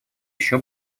еще